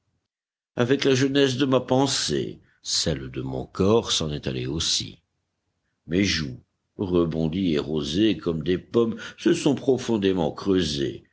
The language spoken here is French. avec la jeunesse de ma pensée celle de mon corps s'en est allée aussi mes joues rebondies et rosés comme des pommes se sont profondément creusées